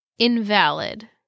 Invalid